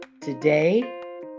today